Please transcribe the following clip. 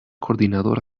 coordinador